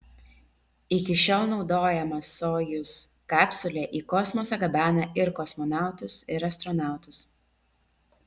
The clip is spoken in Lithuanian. iki šiol naudojama sojuz kapsulė į kosmosą gabena ir kosmonautus ir astronautus